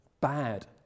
bad